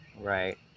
Right